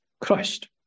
Christ